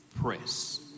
press